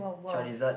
Charizard